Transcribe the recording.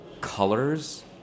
colors